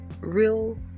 real